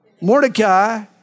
Mordecai